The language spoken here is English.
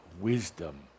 wisdom